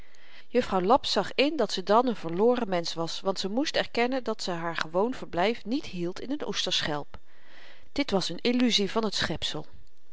juffrouw laps zag in dat ze dan n verloren mensch was want ze moest erkennen dat ze haar gewoon verblyf niet hield in n oesterschelp dit was n illuzie van t schepsel